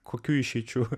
kokių išeičių